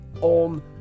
on